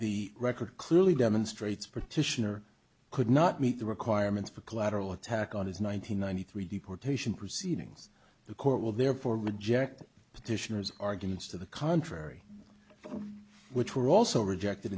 the record clearly demonstrates petitioner could not meet the requirements for collateral attack on his nine hundred ninety three deportation proceedings the court will therefore reject petitioners arguments to the contrary which were also rejected